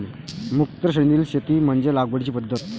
मुक्त श्रेणीतील शेती म्हणजे लागवडीची पद्धत